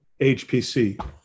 HPC